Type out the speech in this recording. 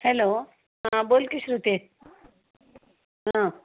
hello हां बोल की श्रुती हां